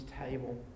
table